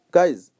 Guys